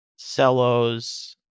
Cellos